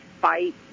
fight